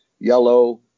yellow